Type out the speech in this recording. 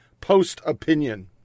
Post-opinion